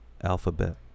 alphabet